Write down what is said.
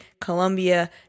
Colombia